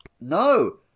No